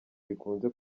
bikunze